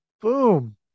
boom